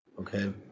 Okay